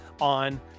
on